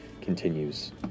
continues